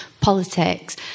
politics